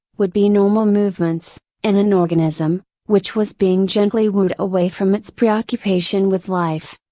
would be normal movements, in an organism, which was being gently wooed away from its preoccupation with life.